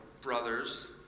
brothers